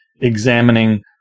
examining